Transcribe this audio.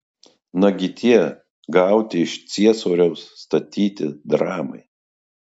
nagi tie gauti iš ciesoriaus statyti dramai